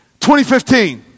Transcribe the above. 2015